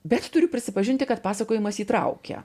bet turiu prisipažinti kad pasakojimas įtraukia